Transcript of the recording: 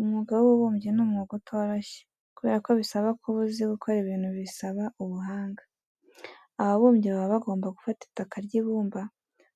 Umwuga w'ububumbyi ni umwuga utoroshye kubera ko bisaba kuba usi gukora ibimtu bisaba ubuhanga. Ababumbyi baba bagomba gufata itaka ry'ibumba